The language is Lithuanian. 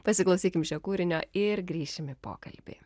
pasiklausykim šio kūrinio ir grįšim pokalbį